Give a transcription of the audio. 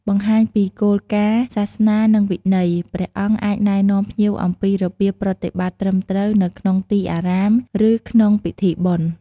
នេះរួមបញ្ចូលទាំងការស្លៀកពាក់សមរម្យ របៀបធ្វើគារវកិច្ចចំពោះព្រះរតនត្រ័យ ការរក្សាភាពស្ងៀមស្ងាត់ និងការគោរពវិន័យផ្សេងៗ។